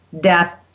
death